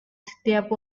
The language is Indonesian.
setiap